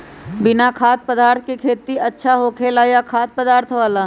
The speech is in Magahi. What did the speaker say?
बिना खाद्य पदार्थ के खेती अच्छा होखेला या खाद्य पदार्थ वाला?